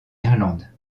irlande